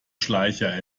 schleicher